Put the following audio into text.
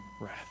wrath